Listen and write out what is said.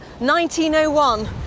1901